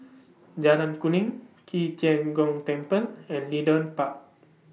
Jalan Kuning Qi Tian Gong Temple and Leedon Park